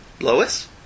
Lois